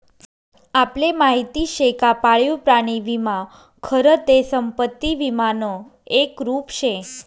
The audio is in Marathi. आपले माहिती शे का पाळीव प्राणी विमा खरं ते संपत्ती विमानं एक रुप शे